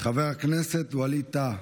חבר הכנסת ווליד טאהא.